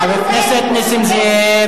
חבר הכנסת נסים זאב,